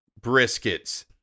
briskets